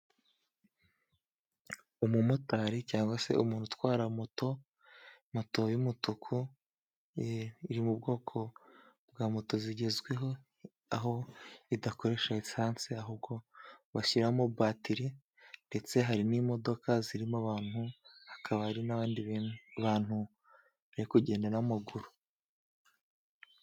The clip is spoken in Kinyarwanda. Umu motari cyangwa se umuntu utwara moto, moto y'umutuku iri mu bwoko bwa moto zigezweho, aho idakoresha risansi ahubwo bashyiramo bateri. Ndetse hari n'imodoka zirimo abantu, hakaba hari n'abandi bantu bariku kugenda n'amaguru.